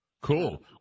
cool